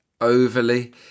overly